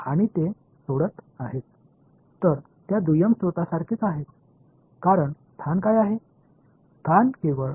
இருப்பிடம் பொருளின் எல்லையில் மட்டுமே உள்ளது மற்றும் ஸ்கடா்டு ஃபில்டு உருவாக்குவதற்கு அவை தான் பொறுப்பு